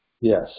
yes